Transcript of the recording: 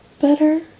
better